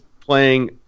playing